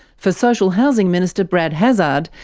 for social housing minister brad hazzard,